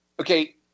Okay